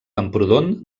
camprodon